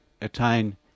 attain